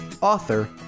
author